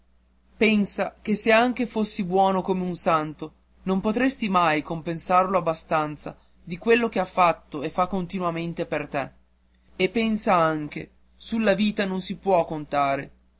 pensa che se anche fossi buono come un santo non potresti mai compensarlo abbastanza di quello che ha fatto e fa continuamente per te e pensa anche sulla vita non si può contare